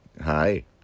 Hi